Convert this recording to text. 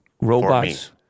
robots